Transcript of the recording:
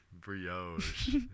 Brioche